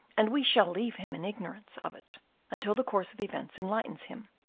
and we shall leave him in ignorance of it until the course of events enlightens him.